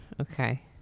Okay